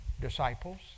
disciples